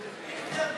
סעיפים 1 7